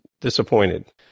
disappointed